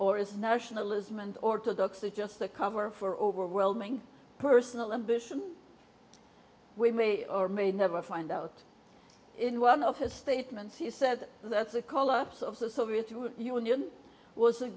or is nationalism and orthodoxy just a cover for overwhelming personal ambition we may or may never find out in one of his statements he said that's a call ups of the soviet union was